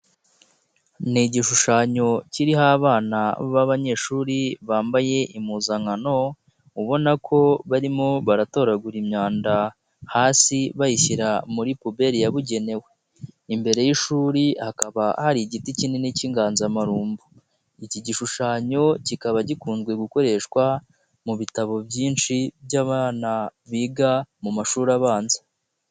Ni igishushanyo kiriho abana b'abanyeshuri bambaye impuzankano ubona ko barimo baratoragura imyanda hasi bayishyira muri puberi yabugenewe, imbere y'ishuri hakaba hari igiti kinini cy'inganzamarumbu, iki gishushanyo kikaba gikunzwe gukoreshwa mu bitabo byinshi by'abana biga mu mashuri abanza.